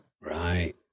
Right